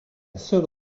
seule